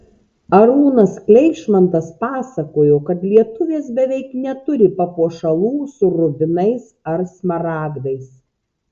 arūnas kleišmantas pasakojo kad lietuvės beveik neturi papuošalų su rubinais ar smaragdais